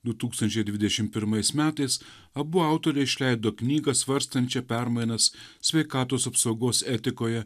du tūkstančiai dvidešim pirmais metais abu autoriai išleido knygą svarstančią permainas sveikatos apsaugos etikoje